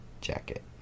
jacket